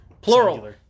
Plural